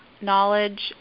knowledge